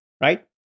right